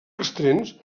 extrems